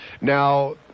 Now